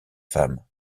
femme